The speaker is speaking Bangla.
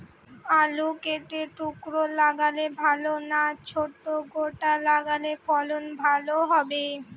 আলু কেটে টুকরো লাগালে ভাল না ছোট গোটা লাগালে ফলন ভালো হবে?